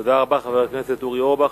תודה רבה, חבר הכנסת אורי אורבך.